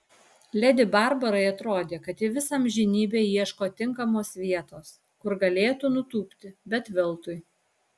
ledi barbarai atrodė kad ji visą amžinybę ieško tinkamos vietos kur galėtų nutūpti bet veltui